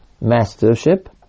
mastership